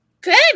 Good